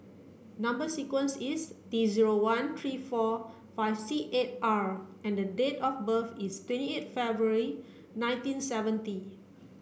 number sequence is T zero one three four five six eight R and date of birth is twenty eight February nineteen seventy